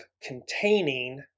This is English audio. containing